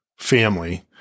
family